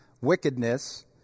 wickedness